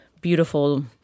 beautiful